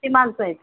किती माणसं आहेत